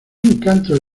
encanto